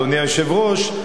אדוני היושב-ראש,